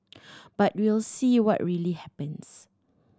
but we'll see what really happens